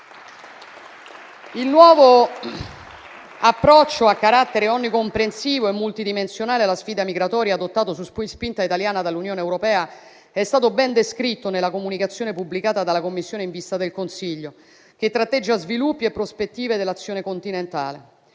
Il nuovo approccio a carattere onnicomprensivo e multidimensionale alla sfida migratoria, adottato su spinta italiana dall'Unione europea, è stato ben descritto nella comunicazione pubblicata dalla Commissione in vista del Consiglio, che tratteggia sviluppi e prospettive dell'azione continentale.